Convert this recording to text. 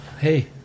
Hey